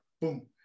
boom